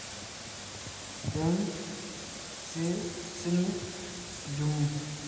Bank से ऋण लुमू?